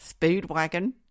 Speedwagon